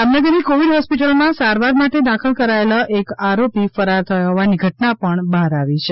જામનગરની કોવિડ હોસ્પિટલમાં સારવાર માટે દાખલ કરાયેલો એક આરોપી ફરાર થયો હોવાની ઘટના પણ બહાર આવી છે